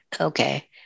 Okay